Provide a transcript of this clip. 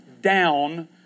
down